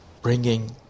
bringing